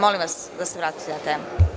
Molim vas da se vratite na temu.